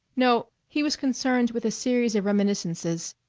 no he was concerned with a series of reminiscences,